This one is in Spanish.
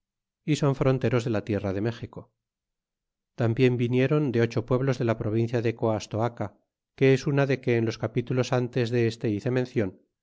y son fronteros de la tierra de méxico tambieu visité ron de ocho pueblos de la provincia de coastoaca que es una de que en los capitulos dotes de este hice mencion